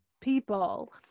people